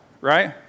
right